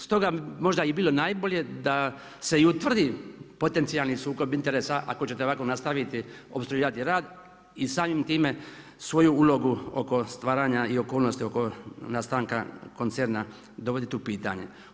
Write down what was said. Stoga bi možda i bilo najbolje da se i utvrdi potencijalni sukob interesa ako ćete ovako nastaviti opstruirati rad i samim time svoju ulogu oko stvaranja i okolnosti oko nastanka koncerna dovoditi u pitanje.